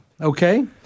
okay